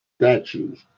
statues